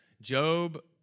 Job